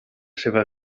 seva